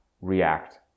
react